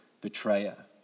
betrayer